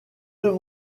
deux